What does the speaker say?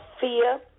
fear